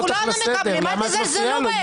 למה את מפריעה לו?